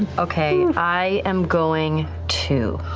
okay. and i am going to.